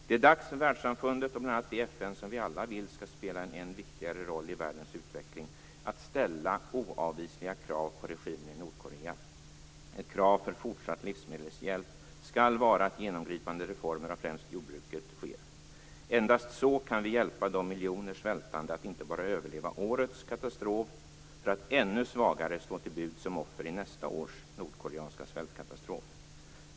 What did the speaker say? Det är dags för världssamfundet, och bl.a. det FN som vi alla vill skall spela en än viktigare roll i världens utveckling, att ställa oavvisliga krav på regimen i Nordkorea. Ett krav för fortsatt livsmedelshjälp skall vara att genomgripande reformer av främst jordbruket sker. Endast så kan vi hjälpa de miljoner svältande att inte bara överleva årets katastrof för att ännu svagare står till buds som offer i nästa års nordkoreanska svältkatastrof.